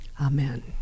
Amen